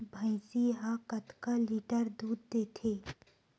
भंइसी हा कतका लीटर दूध देथे?